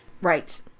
Right